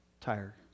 tire